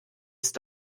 ist